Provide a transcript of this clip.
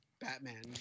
Batman